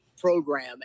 program